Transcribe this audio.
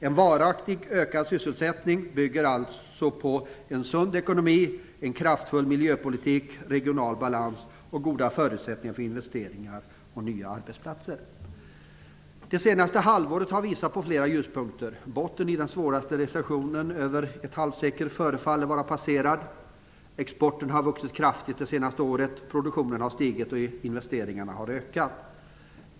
En varaktigt ökad sysselsättning bygger alltså på en sund ekonomi, en kraftfull miljöpolitik, en regional balans och goda förutsättningar för investeringar och nya arbetsplatser. Det senaste halvåret har visat på flera ljuspunkter. Botten i den svåraste recessionen på över ett halvsekel förefaller vara passerad. Exporten har vuxit kraftigt det senaste året, produktionen har stigit och investeringarna har ökat.